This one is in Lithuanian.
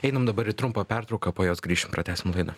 einam dabar į trumpą pertrauką po jos grįšim pratęsim laidą